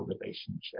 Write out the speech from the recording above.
relationship